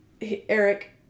Eric